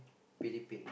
Philippine